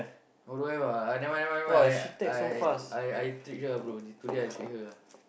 oh don't have ah never mind never mind never mind I I I I treat her bro today I treat her ah